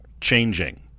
changing